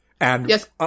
Yes